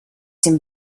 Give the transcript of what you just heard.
dem